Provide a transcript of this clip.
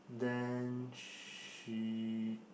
then she